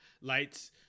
lights –